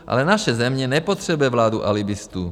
Ale naše země nepotřebuje vládu alibistů.